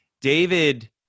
david